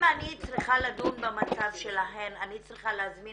אם אני צריכה לדון במצב שלהן אני צריכה להזמין